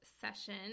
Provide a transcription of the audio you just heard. session